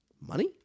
money